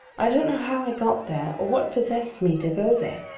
i don't know how i got there, or what possessed me to go there,